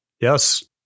Yes